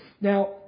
Now